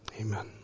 Amen